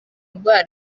ndwara